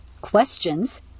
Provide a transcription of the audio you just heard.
questions